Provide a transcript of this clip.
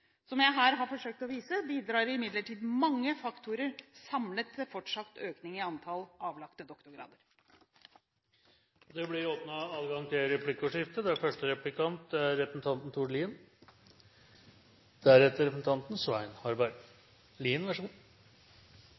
Som jeg her har forsøkt å vise, bidrar imidlertid mange faktorer samlet til fortsatt økning i antall avlagte doktorgrader. Det blir åpnet for replikkordskifte.